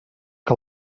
que